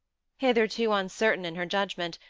hitherto uncertain in her judgment,